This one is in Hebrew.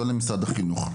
לא למשרד החינוך.